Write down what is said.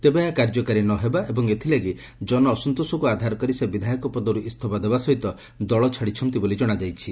ତେବେ ଏହା କାର୍ଯ୍ୟକାରୀ ନହେବା ଏବଂ ଏଥିଲାଗି ଜନ ଅସନ୍ତୋଷକୁ ଆଧାର କରି ସେ ବିଧାୟକ ପଦରୁ ଇସ୍ତଫା ଦେବା ସହିତ ଦଳ ଛାଡିଛନ୍ତି ବୋଲି ଜଣାଯାଇଛି